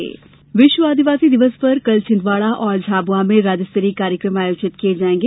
आदिवासी दिवस विश्व आदिवासी दिवस पर कल छिंदवाड़ा और झाबुआ में राज्य स्तरीय कार्यक्रम आयोजित किये जाएंगे